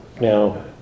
Now